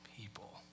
people